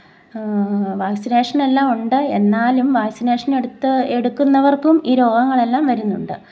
vaccination എല്ലാമുണ്ട് എന്നാലും vaccination എടുത്ത എടുക്കുന്നവര്ക്കും ഈ രോഗങ്ങളെല്ലാം വരുന്നുണ്ട്